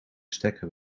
stekker